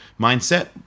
mindset